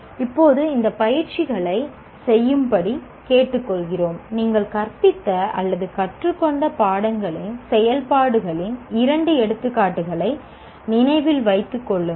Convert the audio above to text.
இப்போது இந்த பயிற்சிகளைச் செய்யும்படி கேட்டுக்கொள்கிறோம் நீங்கள் கற்பித்த அல்லது கற்றுக்கொண்ட பாடங்களின் செயல்பாடுகளின் இரண்டு எடுத்துக்காட்டுகளை நினைவில் வைத்துக் கொள்ளுங்கள்